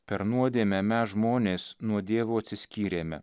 per nuodėmę mes žmonės nuo dievo atsiskyrėme